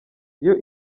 iyo